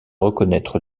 reconnaître